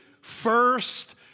first